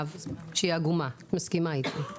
ולשוויון מגדרי): << יור >> האם אתם מקבלים את כל הדיווחים?